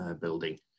building